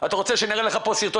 רוצה שאני אראה לך סרטונים,